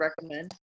recommend